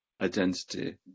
identity